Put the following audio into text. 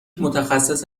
متخصص